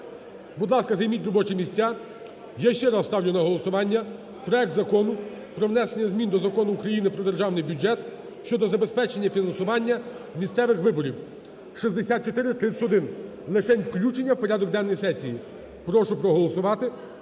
Будь ласка, займіть робочі місця. Я ще раз ставлю на голосування проект Закону про внесення змін до Закону України "Про державний бюджет" (щодо забезпечення фінансування місцевих виборів) (6431). Лишень включення в порядок денний сесії. Прошу проголосувати,